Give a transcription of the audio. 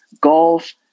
golf